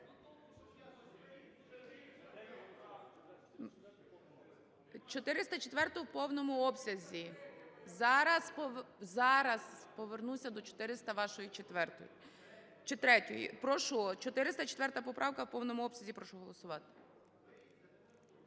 – у повному обсязі. Зараз повернуся до вашої 404-ї, чи третьої. Прошу, 404 поправка в повному обсязі, прошу голосувати.